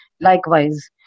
likewise